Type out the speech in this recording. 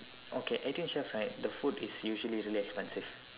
okay eighteen chefs right the food is usually really expensive